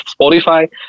spotify